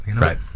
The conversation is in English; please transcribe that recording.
Right